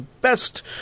best